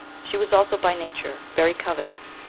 she was also by nature very covetous,